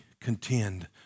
contend